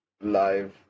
live